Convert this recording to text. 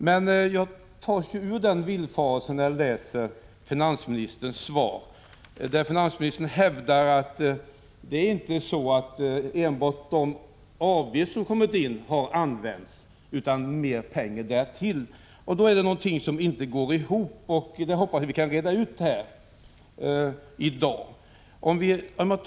Men jag tas ur min villfarelse när jag läser finansministerns svar. Finansministern hävdar nämligen att det inte är enbart avgifter som disponerats. Ytterligare pengar har tagits i anspråk. Jag får inte ekvationen att gå ihop. Jag hoppas således att vi i dagens debatt skall kunna reda ut den här saken.